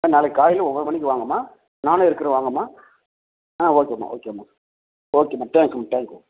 அம்மா நாளைக்கு காலையில் ஒன்பது மணிக்கு வாங்கம்மா நான் இருக்கிறேன் வாங்கம்மா ஆ ஓகேம்மா ஓகேம்மா ஓகேம்மா தேங்க்ஸும்மா தேங்க் யூ